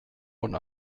und